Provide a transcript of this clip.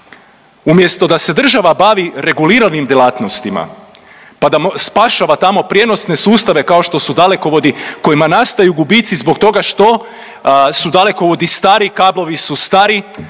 Umjesto da se država bavi reguliranim djelatnostima pa da spašava tamo prijenosne sustave kao što su dalekovodi kojima nastaju gubitci zbog toga što su dalekovodi stari kablovi su, stari,